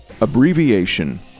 abbreviation